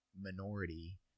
minority